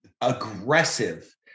aggressive